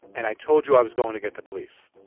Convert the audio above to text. and i told you i was going to get the police.